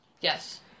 Yes